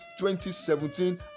2017